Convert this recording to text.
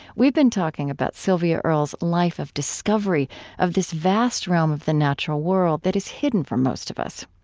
we've been talking about sylvia earle's life of discovery of this vast realm of the natural world that is hidden from most of us.